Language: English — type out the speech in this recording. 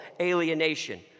alienation